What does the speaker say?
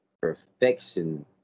perfection